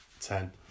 Ten